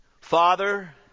father